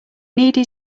needed